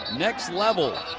next level.